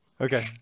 okay